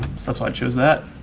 so that's why i chose that.